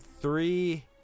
three